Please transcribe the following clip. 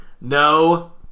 no